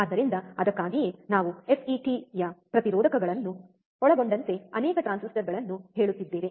ಆದ್ದರಿಂದ ಅದಕ್ಕಾಗಿಯೇ ನಾವು FETಯ ಪ್ರತಿರೋಧಕಗಳನ್ನು ಒಳಗೊಂಡಂತೆ ಅನೇಕ ಟ್ರಾನ್ಸಿಸ್ಟರ್ಗಳನ್ನು ಹೇಳುತ್ತಿದ್ದೇವೆ